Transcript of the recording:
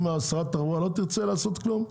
אם שרת התחבורה לא תרצה לעשות כלום,